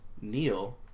Neil